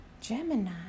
Gemini